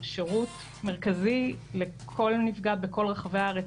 שירות מרכזי לכל נפגע בכל רחבי הארץ,